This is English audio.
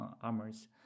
armors